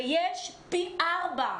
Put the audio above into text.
ויש פי ארבעה.